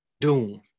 Doom